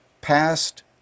past